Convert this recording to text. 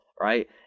right